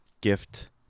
gift